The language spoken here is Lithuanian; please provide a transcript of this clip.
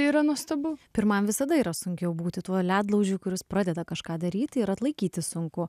yra nuostabu pirmam visada yra sunkiau būti tuo ledlaužiu kuris pradeda kažką daryti ir atlaikyti sunku